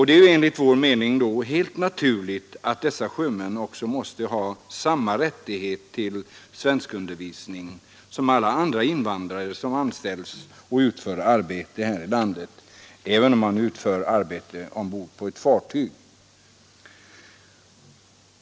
Det är enligt vår mening helt naturligt att dessa sjömän då måste ha samma rättigheter till svenskundervisning som alla andra invandrare som anställs och utför arbete här i landet, även om arbetet utförs ombord på ett fartyg.